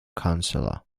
councillor